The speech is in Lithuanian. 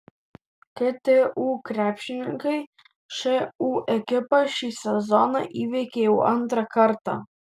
ktu krepšininkai šu ekipą šį sezoną įveikė jau antrą kartą